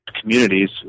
communities